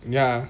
ya